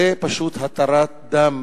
זה פשוט התרת דם.